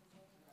תודה רבה,